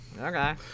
okay